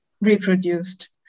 reproduced